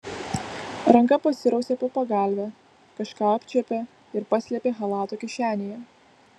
ranka pasirausė po pagalve kažką apčiuopė ir paslėpė chalato kišenėje